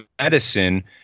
medicine